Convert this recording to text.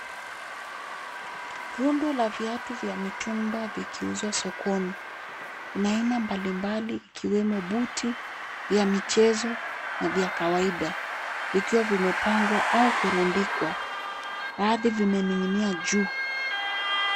Rundo la viatu vya mitumba vikiuzwa sokoni. Kuna aina mbalimbali ikiwemo buti , vya michezo na vya kawaida. Vikiwa vimepangwa au kurundikwa. Baadhi vimening'inia juu.